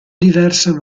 diverse